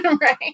Right